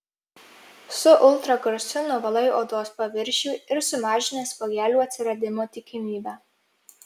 su ultragarsu nuvalai odos paviršių ir sumažini spuogelių atsiradimo tikimybę